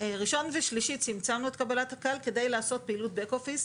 בראשון ושלישי צמצמנו את קבלת הקהל כדי לעשות פעילות בק-אופיס.